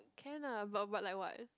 can ah but but like what